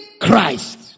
Christ